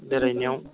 बेरायनायाव